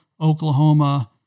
Oklahoma